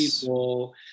people